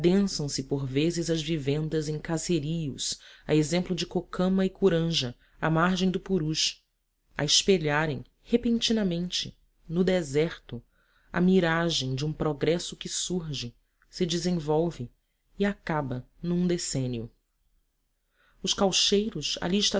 por vezes as vivendas em caseríos a exemplo de cocama e curanja à margem do purus a espelharem repentinamente no deserto a miragem de um progresso que surge se desenvolve e acaba num decênio os caucheiros ali